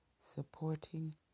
supporting